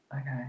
okay